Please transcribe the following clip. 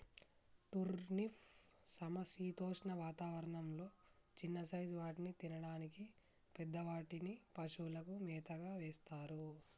turnip సమశీతోష్ణ వాతావరణం లొ చిన్న సైజ్ వాటిని తినడానికి, పెద్ద వాటిని పశువులకు మేతగా వేస్తారు